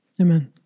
Amen